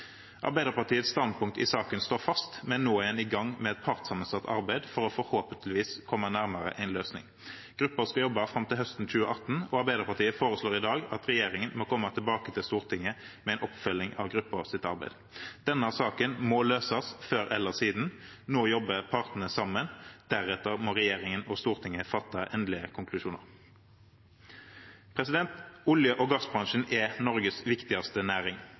Arbeiderpartiets standpunkt i saken står fast, men nå er man i gang med et partssammensatt arbeid for forhåpentligvis å komme nærmere en løsning. Gruppen skal jobbe fram til høsten 2018, og Arbeiderpartiet foreslår i dag at regjeringen må komme tilbake til Stortinget med en oppfølging av gruppens arbeid. Denne saken må løses før eller siden. Nå jobber partene sammen. Deretter må regjeringen og Stortinget fatte endelige konklusjoner. Olje- og gassbransjen er Norges viktigste næring.